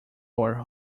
our